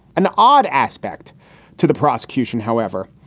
an odd aspect to the prosecution. however,